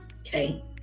Okay